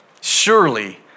Surely